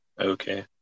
Okay